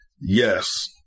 yes